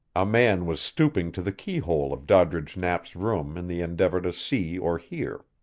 a man was stooping to the keyhole of doddridge knapp's room in the endeavor to see or hear.